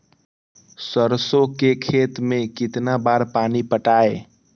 सरसों के खेत मे कितना बार पानी पटाये?